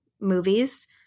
movies